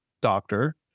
doctor